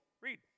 Read